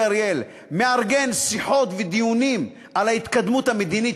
אריאל מארגן שיחות ודיונים על ההתקדמות המדינית,